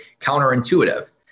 counterintuitive